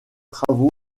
travaux